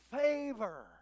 favor